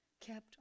kept